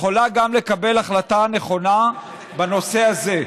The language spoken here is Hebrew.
יכולה גם לקבל החלטה נכונה בנושא הזה.